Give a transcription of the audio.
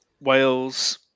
Wales